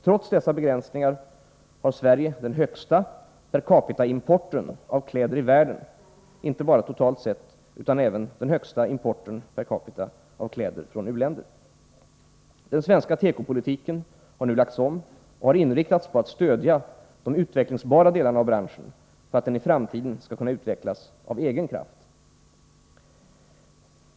Trots dessa begränsningar har Sverige den högsta per capita-importen av kläder i världen, inte bara totalt sett, utan även från u-länder. Den svenska tekopolitiken har nu lagts om och har inriktats på att stödja de utvecklingsbara delarna av branschen för att den i framtiden skall kunna utvecklas av egen kraft.